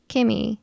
Kimmy